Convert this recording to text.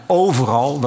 overal